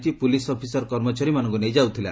ଟି police officer କର୍ମଚାରୀମାନଙ୍କୁ ନେଇ ଯାଉଥିଲା